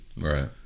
right